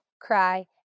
cry